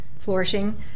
flourishing